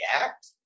react